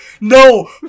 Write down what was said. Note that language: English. No